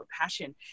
passion